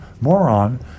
moron